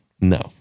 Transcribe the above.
no